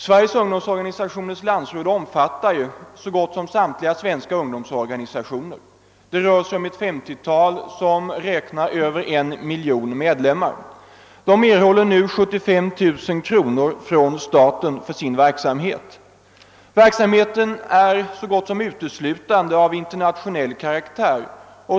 Sveriges ungdomsorganisationers landsråd omfattar praktiskt taget samtliga svenska ungdomsorganisationer, sammanlagt ett 50-tal, med totalt över 1 miljon medlemmar. Landsrådet får nu 75 000 kronor av staten för sin verksamhet, som uteslutande är av internationell karaktär.